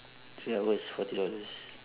three hours forty dollars